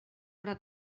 però